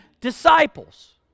disciples